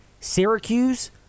Syracuse